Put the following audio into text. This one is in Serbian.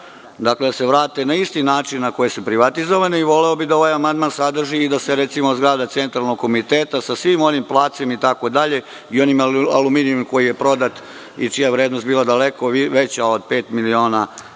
Dakle, da se vrate na isti način na koji su privatizovane i voleo bih da ovaj amandman sadrži da se, recimo, i zgrada Centralnog komiteta sa svim onim placem itd. i onim aluminijumom koji je prodat i čija je vrednost bila daleko veća od pet miliona eura